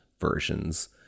versions